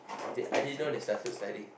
didn't I didn't know they started studying